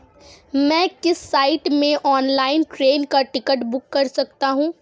मैं किस साइट से ऑनलाइन ट्रेन का टिकट बुक कर सकता हूँ?